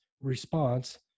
response